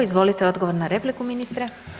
Izvolite odgovor na repliku ministre.